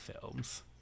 films